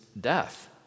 death